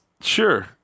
Sure